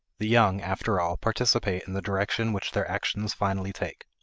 the young, after all, participate in the direction which their actions finally take.